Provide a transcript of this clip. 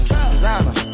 Designer